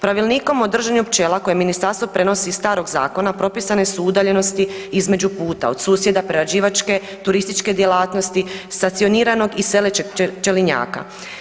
Pravilnikom o držanju pčela koje ministarstvo prenosi iz starog zakona, propisane su udaljenosti između puta, od susjeda, prerađivačke, turističke djelatnosti, stacioniranog i selećeg pčelinjaka.